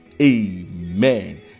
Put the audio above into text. Amen